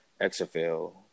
XFL